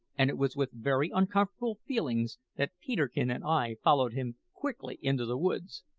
and it was with very uncomfortable feelings that peterkin and i followed him quickly into the woods.